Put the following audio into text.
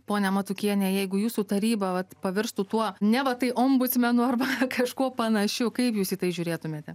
ponia matukienė jeigu jūsų taryba vat pavirstų tuo neva tai ombudsmeno arba kažkuo panašiu kaip jūs į tai žiūrėtumėte